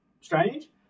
strange